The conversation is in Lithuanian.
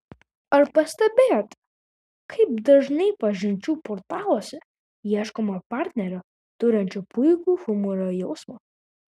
ar pastebėjote kaip dažnai pažinčių portaluose ieškoma partnerio turinčio puikų humoro jausmą